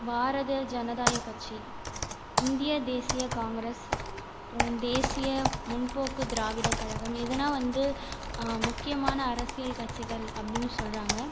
பாரத ஜனதாய கட்சி இந்திய தேசிய காங்கரஸ் அப்புறம் தேசிய முற்போக்கு திராவிட கழகம் இதுனா வந்து முக்கியமான அரசியல் கட்சிகள் அப்படினு சொல்கிறாங்க